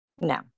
No